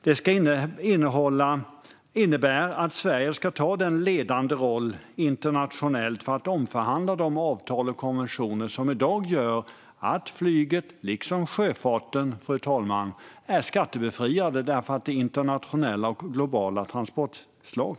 Det innebär att Sverige ska ta en ledande roll internationellt för att omförhandla de avtal och konventioner som i dag gör att flyget liksom sjöfarten är skattebefriade därför att de är internationella och globala transportslag.